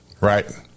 right